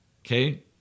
okay